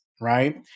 right